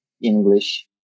English